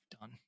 done